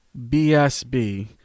BSB